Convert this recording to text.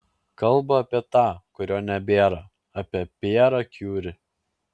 kalba apie tą kurio nebėra apie pjerą kiuri